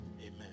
Amen